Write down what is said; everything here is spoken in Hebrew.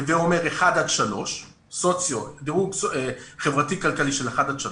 הווה אומר דירוג חברתי כלכלי של 1 עד 3